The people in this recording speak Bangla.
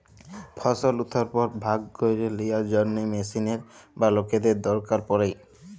ফসল উঠার পর ভাগ ক্যইরে লিয়ার জ্যনহে মেশিলের বা লকদের দরকার পড়ে